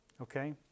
okay